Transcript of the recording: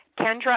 Kendra